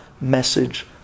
message